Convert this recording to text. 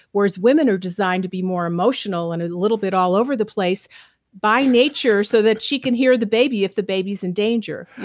whereas women are designed to be more emotional and a little bit all over the place by nature so that she can hear the baby if the baby's in danger.